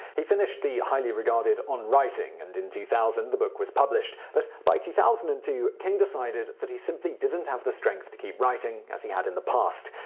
he finished the highly regarded on writing, and in two thousand the book was published, but by two thousand and two king decided that he simply didn't have the strength to keep writing as he had in the past.